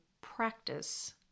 practice